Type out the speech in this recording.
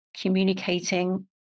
communicating